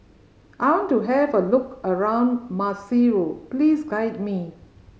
I want to have a look around Maseru please guide me